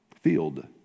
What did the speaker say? Field